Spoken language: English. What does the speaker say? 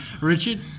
Richard